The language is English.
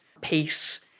peace